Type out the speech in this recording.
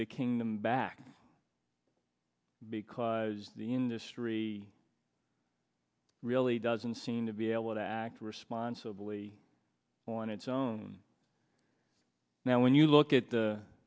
the kingdom back because the industry really doesn't seem to be able to act responsibly on its own now when you look at